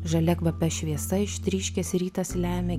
žalia kvapia šviesa ištryškęs rytas lemia